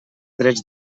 drets